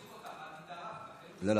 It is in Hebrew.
שלא יזכיר אותי וייחס לי עובדות שקריות, זה הכול.